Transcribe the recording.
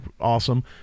awesome